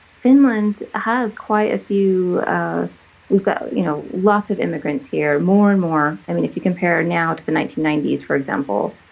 finland has quite a few we've got, you know, lots of immigrants here more and more, i mean, if you compare now to the nineteen ninety s, for example.